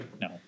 No